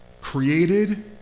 Created